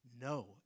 No